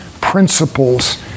principles